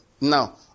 Now